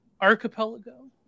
archipelago